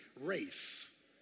race